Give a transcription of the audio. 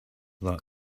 luck